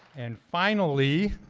and finally,